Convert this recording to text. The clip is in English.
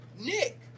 Nick